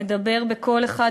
לדבר בקול אחד,